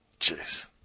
Jeez